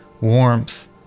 warmth